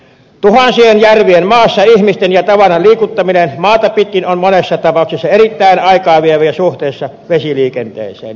tuhansien järvien maassa ihmisten ja tavaran liikuttaminen maata pitkin on monessa tapauksessa erittäin aikaa vievää ja kallista suhteessa vesiliikenteeseen